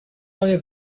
neue